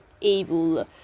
evil